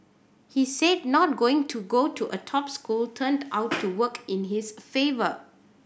he said not going to go a top school turned out to work in his favour